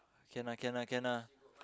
can lah can lah can lah